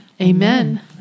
Amen